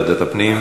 ועדת הפנים?